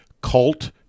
cult